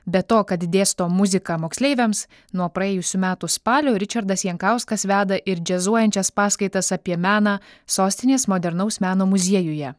be to kad dėsto muziką moksleiviams nuo praėjusių metų spalio ričardas jankauskas veda ir džiazuojančias paskaitas apie meną sostinės modernaus meno muziejuje